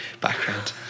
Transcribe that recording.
background